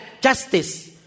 justice